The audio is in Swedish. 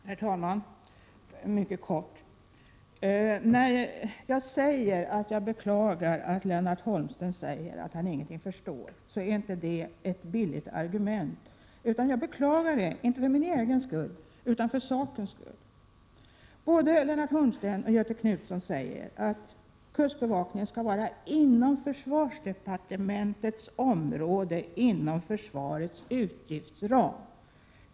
Herr talman! Mycket kort: När jag beklagar att Lennart Holmsten säger att han ingenting förstår är det inte ett billigt argument. Jag beklagar det inte för min egen skull utan för sakens skull. Både Lennart Holmsten och Göthe Knutson säger att kustbevakningen skall ligga inom försvarsdepartementets område och inom försvarets utgiftsram.